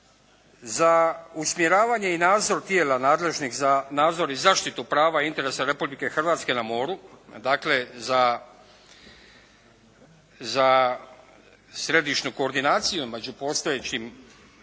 Za usmjeravanje i nadzor tijela nadležnih za nadzor i zaštitu prava i interesa Republike Hrvatske na moru, dakle za središnju koordinaciju među postojećim